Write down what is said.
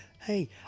Hey